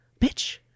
Bitch